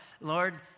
Lord